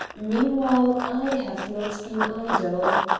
meanwhile, i have not been idle.